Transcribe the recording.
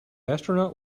astronaut